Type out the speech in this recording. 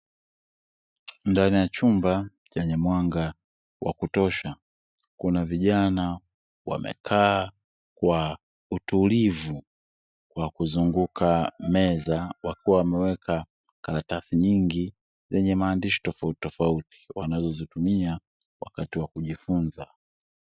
Ndani ya chumba chenye mwanga wa kutosha, kuna vijana wamekaa kwa utulivu kwa kuzunguka meza; wakiwa wameweka karatasi nyingi zenye maandishi tofautitofauti wanazozitumia wakati wa kujifunza.